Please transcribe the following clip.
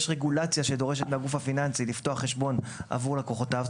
יש רגולציה שדורשת מהגוף הפיננסי לפתוח חשבון עבור לקוחותיו.